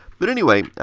but anyway,